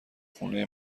خونه